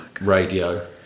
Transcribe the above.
radio